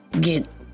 get